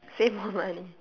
save more money